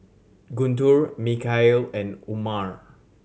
Guntur Mikhail and Umar